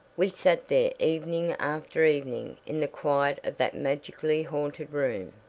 we sat there evening after evening in the quiet of that magically haunted room,